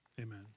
Amen